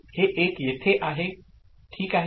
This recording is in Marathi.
हे 1 येथे आहे ठीक आहे